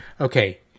okay